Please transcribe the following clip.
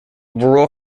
rural